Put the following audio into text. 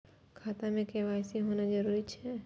खाता में के.वाई.सी होना जरूरी छै?